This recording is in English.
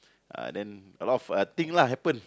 uh then a lot of uh thing lah happen